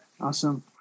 awesome